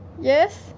yes